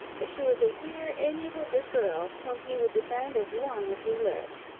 that she was a dear, amiable, good girl, whom he would defend as long as he lived.